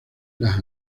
las